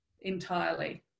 entirely